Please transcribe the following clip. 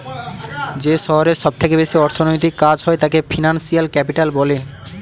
যে শহরে সব থেকে বেশি অর্থনৈতিক কাজ হয় তাকে ফিনান্সিয়াল ক্যাপিটাল বলে